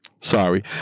sorry